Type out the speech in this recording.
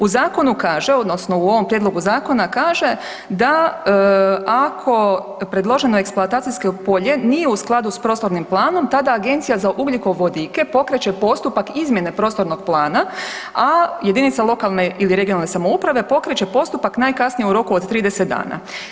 U zakonu kaže odnosno u ovom prijedlogu zakona kaže da ako predloženo eksploatacijsko polje nije u skladu sa prostornim planom tada Agencija za ugljikovodike pokreće postupak izmjene prostornog plana, a jedinica lokalne ili regionalne samouprave pokreće postupak najkasnije u roku od 30 dana.